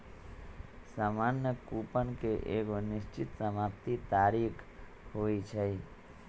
सामान्य कूपन के एगो निश्चित समाप्ति तारिख होइ छइ